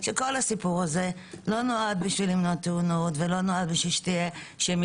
שכל הסיפור הזה לא נועד למנוע תאונות ולא כדי ושהם